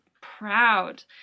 proud